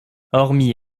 hormis